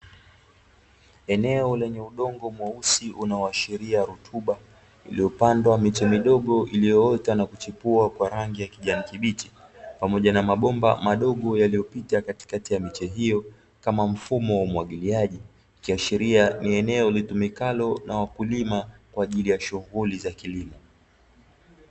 Eneo lenye udongo mweusi unaoashiria rutuba, iliyopandwa miche midogo iliyoota na kuchipua kwa rangi ya kijani kibichi, pamoja na mabomba madogo yaliyopita katikati ya miche hiyo kama mfumo wa umwagiliaji; ikiashiria ni eneo litumikalo na wakulima kwa ajili ya shughuli za kilimo.